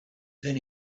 then